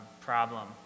problem